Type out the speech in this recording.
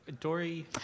Dory